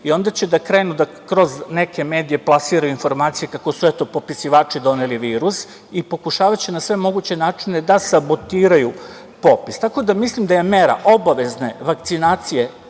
i onda će da krenu da kroz neke medije plasiraju informacije kako su popisivači doneli virus i pokušavajući na sve moguće načine da sabotiraju popis. Tako da mislim da je mera obavezne vakcinacije